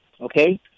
okay